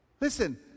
Listen